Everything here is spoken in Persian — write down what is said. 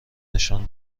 نشان